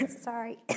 sorry